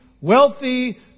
wealthy